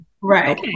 Right